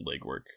legwork